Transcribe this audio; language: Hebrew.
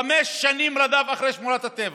חמש שנים רדף אחרי שמורות הטבע.